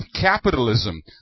Capitalism